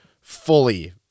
fully